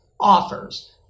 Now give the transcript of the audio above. offers